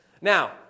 Now